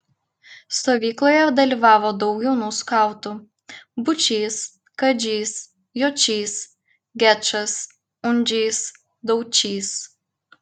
stovykloje dalyvavo daug jaunų skautų būčys kadžys jočys gečas undžys daučys